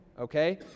okay